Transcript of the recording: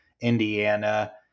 Indiana